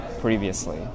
previously